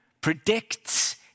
predicts